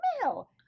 smell